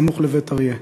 בסמוך לבית-אריה.